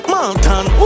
Mountain